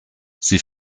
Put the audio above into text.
sie